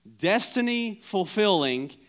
Destiny-fulfilling